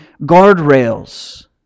guardrails